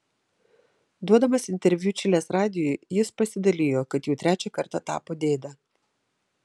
duodamas interviu čilės radijui jis pasidalijo kad jau trečią kartą tapo dėde